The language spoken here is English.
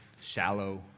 shallow